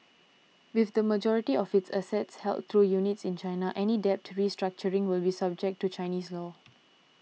with the majority of its assets held through units in China any debt restructuring will be subject to Chinese law